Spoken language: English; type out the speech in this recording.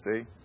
See